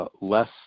less